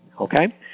okay